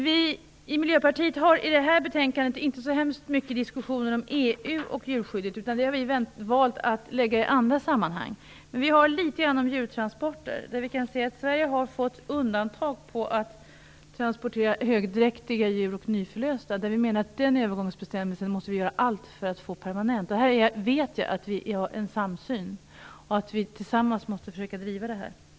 Vi i Miljöpartiet för i betänkandet inte så mycket diskussioner om EU och djurskyddet, utan vi har valt att ta upp dem i andra sammanhang. Vi tar ändå upp litet grand om djurtransporter. Sverige har fått undantag för transport av högdräktiga och nyförlösta djur. Enligt vår uppfattning måste man göra allt för att permanenta den övergångsbestämmelsen. Jag vet att vi har en samsyn, och vi måste försöka driva det här tillsammans.